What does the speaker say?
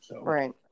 Right